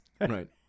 Right